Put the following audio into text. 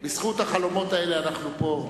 בזכות החלומות האלה אנחנו פה.